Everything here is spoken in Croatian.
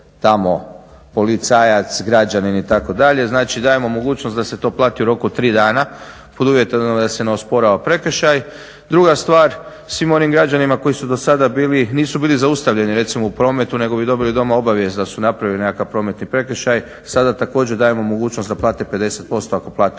tamo policajac, građanin itd. Znači dajemo mogućnost da se to plati u roku od tri dana pod uvjetom da se ne osporava prekršaj. Druga stvar, svim onim građanima koji su do sada bili nisu bili zaustavljeni recimo u prometu, nego bi dobili doma obavijest da su napravili nekakav prometni prekršaj. Sada također dajemo mogućnost da plate 50% ako plate